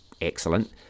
excellent